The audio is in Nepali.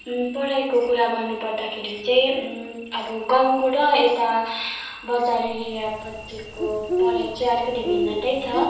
पढाइको कुरा गर्नु पर्दाखेरि चाहिँ अब गाउँको र यता बजार एरियापट्टिको पढाइ चाहिँ अलिकति भिन्नतै छ